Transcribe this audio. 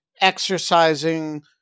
exercising